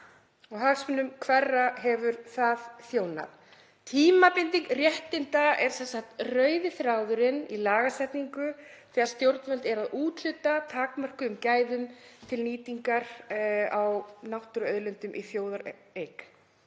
Hagsmunum hverra hefur það þjónað? Tímabinding réttinda er sem sagt rauði þráðurinn í lagasetningu þegar stjórnvöld eru að úthluta takmörkuðum gæðum til nýtingar á náttúruauðlindum í þjóðareign.